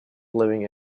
living